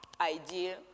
idea